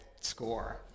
score